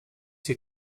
hier